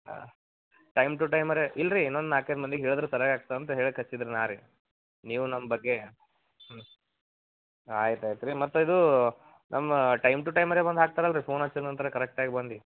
ಹಾಂ time to time ಅರ ಇಲ್ಲಾ ರಿ ಇನ್ನೊಂದು ನಾಲ್ಕು ಐದು ಮಂದಿ ಹೇಳಿದ್ರೆ ಸರಿ ಆಗ್ತದಂತ ಹೇಳಕ್ಕೆ ಹಚ್ಚಿದೆ ನಾ ರೀ ನೀವು ನಮ್ಮ ಬಗ್ಗೆ ಹ್ಞೂ ಆಯ್ತು ಆಯ್ತು ರೀ ಮತ್ತು ಇದು ನಮ್ಮ ಟೈಮ್ ಟು ಟೈಮರೆಗೊಂದು ಹಾಕ್ತಾರಲ್ರಿ ಫೋನ್ ಹಚ್ಚಿದ ನಂತರ ಕರೆಕ್ಟಾಗಿ ಬಂದು